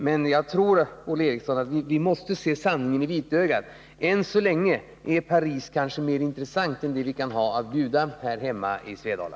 Men vi måste, Olle Eriksson, se sanningen i vitögat: Än så länge är Paris kanske mer intressant än det vi kan ha att bjuda här hemma i Svedala.